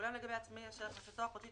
ואולם לגבי עצמאי אשר הכנסתו החודשית